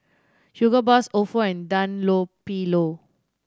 Hugo Boss Ofo and Dunlopillo